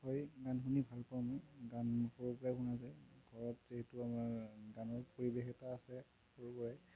হয় গান শুনি ভাল পাওঁ মই গান সৰুৰেপৰা শুনা যায় ঘৰত যিহেতু আমাৰ গানৰ পৰিৱেশ এটা আছে সৰুৰেপৰাই